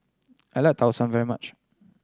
I like Tau Suan very much